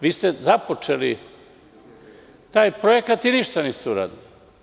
Vi ste započeli taj projekat i ništa niste uradili.